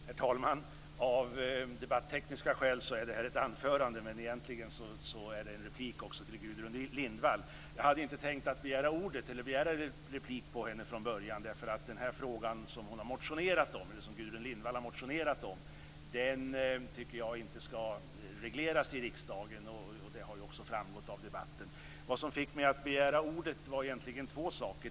Herr talman! Av debattekniska skäl är detta ett anförande, men egentligen är det en replik till Gudrun Lindvall. Jag hade inte tänkt att begära ordet eller begära replik på henne från början. Den fråga som Gudrun Lindvall har motionerat om tycker jag inte skall regleras i riksdagen, och det har också framgått av debatten. Vad som fick mig att begära ordet var egentligen två saker.